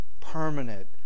permanent